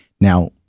Now